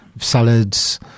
salads